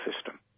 system